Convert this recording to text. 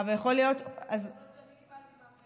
יכול להיות שאני קיבלתי מה-40%.